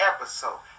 episode